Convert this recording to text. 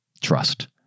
trust